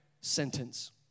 sentence